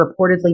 reportedly